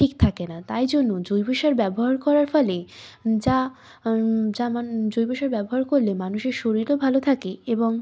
ঠিক থাকে না তাই জন্য জৈব সার ব্যবহার করার ফলে যা যেমন জৈব সার ব্যবহার করলে মানুষের শরীরও ভালো থাকে এবং